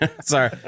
Sorry